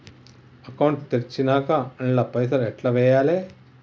Account తెరిచినాక అండ్ల పైసల్ ఎట్ల వేయాలే?